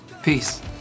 Peace